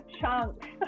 chunk